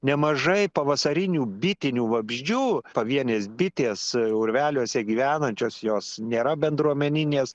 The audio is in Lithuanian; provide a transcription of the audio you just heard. nemažai pavasarinių bitinių vabzdžių pavienės bitės urveliuose gyvenančios jos nėra bendruomeninės